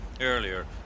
Earlier